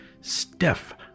Steph